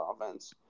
offense